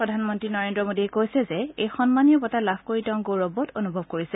প্ৰধানমন্ত্ৰী নৰেন্দ্ৰ মোদীয়ে কৈছে যে এই সন্মানীয় বঁটা লাভ কৰি তেওঁ গৌৰৱবোধ কৰিছে